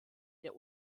der